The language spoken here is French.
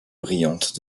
brillantes